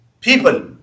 people